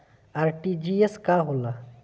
RTGS का होला?